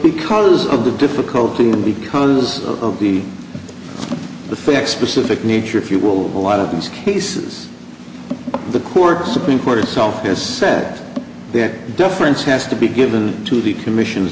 because of the difficult thing because of the the facts specific nature if you will a lot of these cases the courts supreme court itself has said they have deference has to be given to the commission